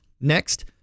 Next